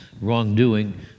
wrongdoing